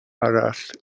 arall